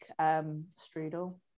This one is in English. strudel